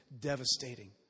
devastating